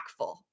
impactful